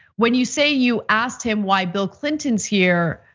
when you say you asked him why bill clinton's here,